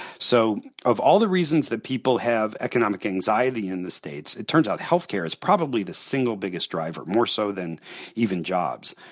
so of all the reasons reasons that people have economic anxiety in the states, it turns out health care is probably the single biggest driver. more so than even jobs.